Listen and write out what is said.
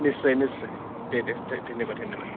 निस्सय निस्सय दे दे दे धन्य'बाद धन्य'बाद